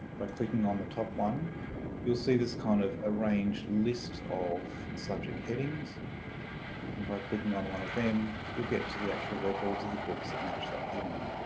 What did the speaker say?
by clicking on the top one you'll see this kind of arranged list of subject headings and by clicking on one of them you'll get to the actual records of the books that match that heading.